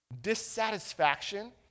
Dissatisfaction